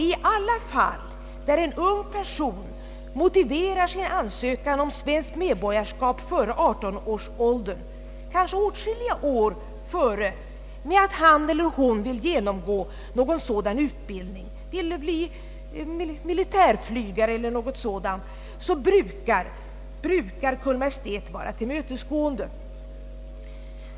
I alla de fall där en ung person motiverar sin ansökan om svenskt medborgarskap före 18-årsåldern — kanske åtskilliga år tidigare — med att han eller hon vill genomgå någon utbildning, för vilken krävs svenskt medborgarskap, t.ex. vill bli militärflygare el. dyl., brukar Kungl. Maj:t vara tillmötesgående.